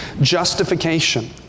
Justification